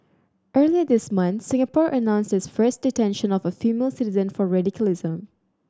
earlier this month Singapore announced its first detention of a female citizen for radicalism